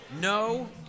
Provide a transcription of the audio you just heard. No